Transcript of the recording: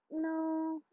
No